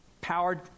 Powered